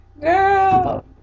Girl